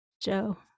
Joe